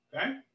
Okay